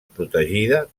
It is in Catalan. protegida